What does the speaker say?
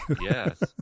Yes